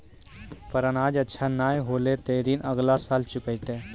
पर अनाज अच्छा नाय होलै तॅ ऋण अगला साल चुकैतै